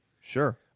Sure